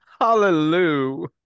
hallelujah